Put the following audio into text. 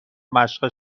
مشق